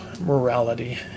morality